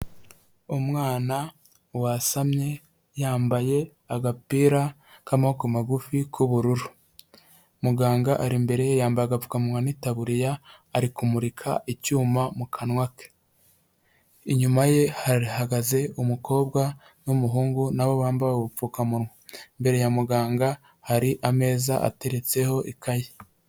Umwana wasamye yambaye agapira k'amaboko magufi k'ubururu, muganga ari imbere ye yambaye agapfukamunwa n'itaburiya ari kumurika icyuma mu kanwa ke, inyuma ye hahagaze umukobwa n'umuhungu nabo bambaye ubupfukamunwa, imbere ya muganga hari ameza ateretseho ikayi.